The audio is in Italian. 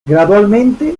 gradualmente